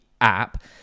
app